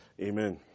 Amen